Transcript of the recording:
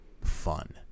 fun